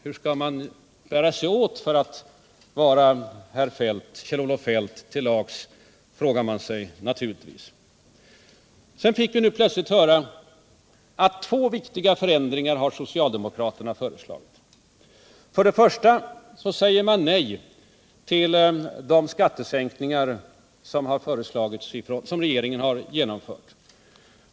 Hur skall man bära sig åt för att vara Kjell-Olof Feldt till lags, frågar man sig naturligtvis. Sedan fick vi plötsligt höra att två viktiga förändringar har socialdemokraterna föreslagit. För det första säger man nej till de skattesänkningar som regeringen har genomfört.